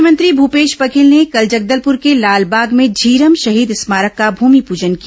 मुख्यमंत्री भूपेश बघेल ने कल जगदलपुर के लालबाग में झीरम शहीद स्मारक का भूमिपूजन किया